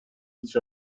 each